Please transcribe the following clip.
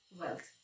wealth